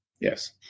Yes